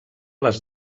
les